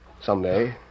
Someday